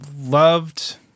loved